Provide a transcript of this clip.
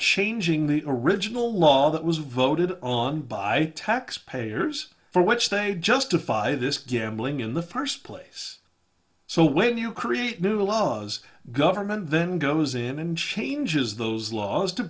changing the original law that was voted on by tax payers for which they justify this gambling in the first place so when you create new laws government then goes in and changes those laws to